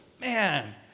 Man